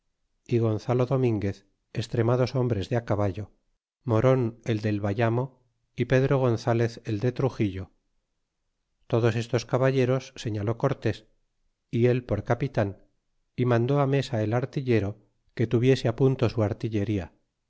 y gonzalo dominguez extremados hombres de caballo moron el del bayamo y pedro gonzalez el de truxillo todos estos caba ileros señaló cortés y el por capitan y mandó a mesa el artillero que tuviese punto su artillería